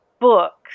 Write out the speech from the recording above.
Books